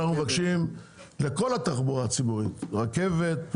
אנחנו מבקשים שזה יהיה לכל התחבורה הציבורית רכבת,